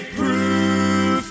proof